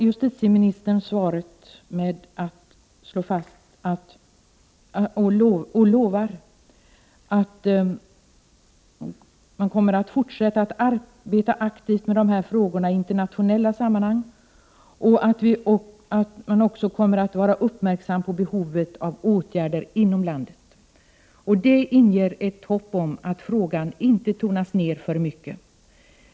Justitieministern avslutar sitt svar med att lova att Sverige kommer att fortsätta att arbeta aktivt med dessa frågor i internationella sammanhang och att man också skall vara uppmärksam på behovet av åtgärder inom landet. Det inger ett hopp om att frågan inte kommer att tonas ned för mycket.